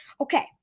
Okay